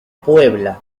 puebla